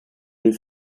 est